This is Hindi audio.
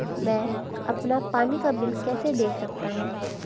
मैं अपना पानी का बिल कैसे देख सकता हूँ?